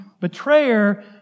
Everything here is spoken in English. betrayer